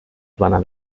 plana